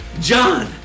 John